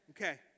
Okay